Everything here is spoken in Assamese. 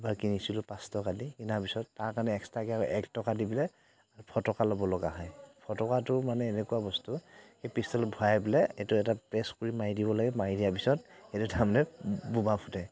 এবাৰ কিনিছিলোঁ পাঁচ টকা দি কিনাৰ পিছত তাৰ কাৰণে এক্সট্ৰাকৈ আৰু এক টকা দি পেলাই ফটকা ল'ব লগা হয় ফটকাটোৰ মানে এনেকুৱা বস্তু সেই পিষ্টলটোত ভৰাই পেলাই এইটো এটা প্ৰেছ কৰি মাৰি দিব লাগে মাৰি দিয়া পিছত এইটো তাৰমানে বোমা ফুটে